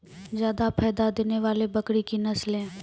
जादा फायदा देने वाले बकरी की नसले?